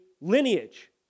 lineage